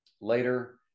Later